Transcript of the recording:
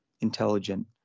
intelligent